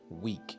week